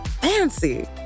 fancy